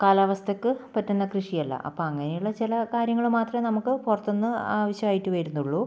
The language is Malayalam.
കാലാവസ്ഥക്ക് പറ്റുന്ന കൃഷി അല്ല അപ്പോൾ അങ്ങനെയുള്ള ചില കാര്യങ്ങൾ മാത്രമേ നമുക്ക് പുറത്തുനിന്ന് ആവശ്യമായിട്ട് വരുന്നുള്ളൂ